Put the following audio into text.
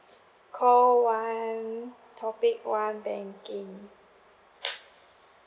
call one topic one banking